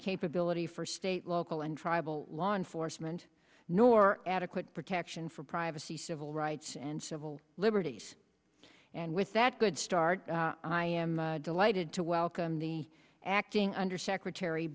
capability for state local and tribal law enforcement nor adequate protection for privacy civil rights and civil liberties and with that good start i am delighted to welcome the acting under secretary